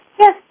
Yes